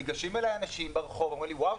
ניגשים אליי אנשים ברחוב ואומרים לי: וואו,